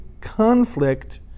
conflict